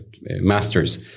masters